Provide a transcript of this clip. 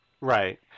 Right